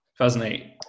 2008